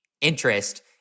interest